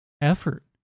effort